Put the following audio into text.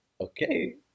okay